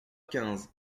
quinze